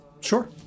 Sure